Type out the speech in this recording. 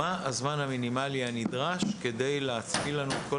מה הזמן המינימלי הנדרש כדי להביא לנו את כל